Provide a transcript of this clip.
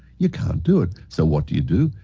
you can't do it, so what do you do?